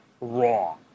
wrong